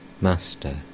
Master